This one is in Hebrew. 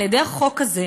על-ידי החוק הזה,